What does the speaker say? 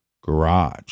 garage